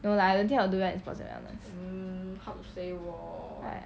no lah I don't think I'll do well in sports and wellness